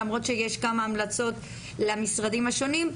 למרות שיש כמה המלצות למשרדים השונים.